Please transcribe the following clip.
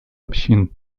общин